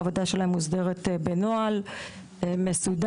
העבודה שלהם מוסדרת בנוהל מסודר.